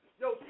Yo